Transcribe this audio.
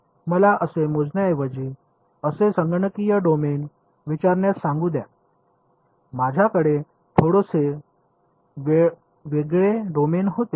तर मला असे मोजण्याऐवजी असे संगणकीय डोमेन विचारण्यास सांगू द्या माझ्याकडे थोडेसे वेगळे डोमेन होते